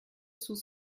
sous